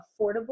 affordable